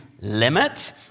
limit